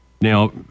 Now